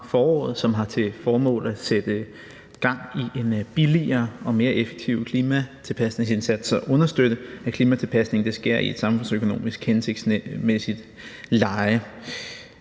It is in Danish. som har til formål at sætte gang i en billigere og mere effektiv klimatilpasningsindsats, altså at understøtte, at klimatilpasningen sker i et samfundsøkonomisk hensigtsmæssigt leje.